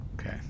Okay